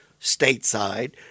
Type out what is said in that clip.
stateside